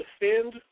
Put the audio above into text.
defend